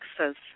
Texas